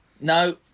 No